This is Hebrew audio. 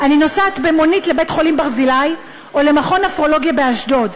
אני נוסעת במונית לבית-החולים ברזילי או למכון נפרולוגיה באשדוד.